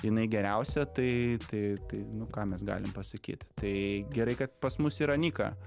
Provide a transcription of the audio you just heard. jinai geriausia tai tai tai nu ką mes galim pasakyt tai gerai kad pas mus yra nika